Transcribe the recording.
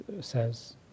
says